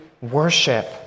Worship